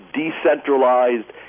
decentralized